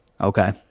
Okay